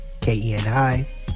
K-E-N-I